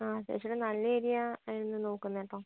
ആ അത്യാവശ്യം ഒരു നല്ല ഏരിയ ആയിരുന്നു നോക്കുന്നത് അപ്പോൾ